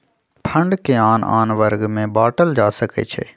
fund के आन आन वर्ग में बाटल जा सकइ छै